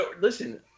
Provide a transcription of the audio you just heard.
Listen